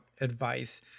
advice